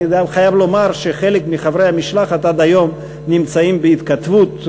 אני חייב לומר שחלק מחברי המשלחת עד היום נמצאים בהתכתבות,